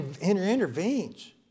intervenes